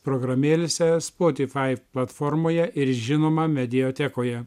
programėlėse spotifai platformoje ir žinoma mediatekoje